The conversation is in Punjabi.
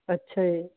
ਅੱਛਾ ਜੀ